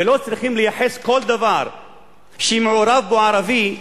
ולא צריכים לייחס כל דבר שמעורב בו ערבי,